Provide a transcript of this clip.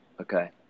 Okay